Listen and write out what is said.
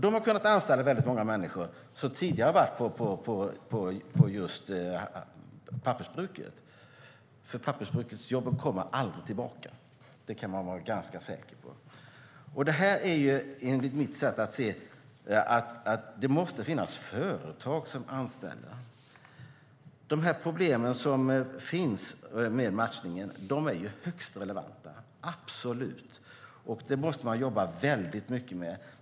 Det har kunnat anställa väldigt många människor som tidigare har varit på pappersbruket. Pappersbruksjobben kommer aldrig tillbaka. Det kan man vara ganska säker på. Det måste finnas företag som kan anställa. De problem som finns med matchningen är högst relevanta. Så är det absolut. Det måste man jobba väldigt mycket med.